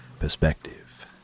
perspective